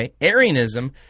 Arianism